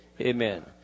Amen